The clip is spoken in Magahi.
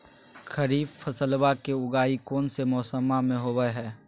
खरीफ फसलवा के उगाई कौन से मौसमा मे होवय है?